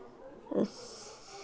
उस